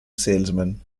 salesman